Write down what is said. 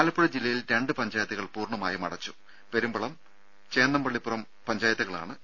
ആലപ്പുഴ ജില്ലയിൽ രണ്ട് പഞ്ചായത്തുകൾ പൂർണമായും പെരുമ്പളം ചേന്നംപള്ളിപ്പുറം പഞ്ചായത്തുകളാണ് അടച്ചു